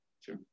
Sure